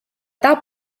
that